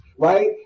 Right